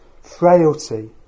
frailty